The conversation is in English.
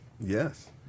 Yes